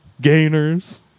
Gainers